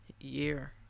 year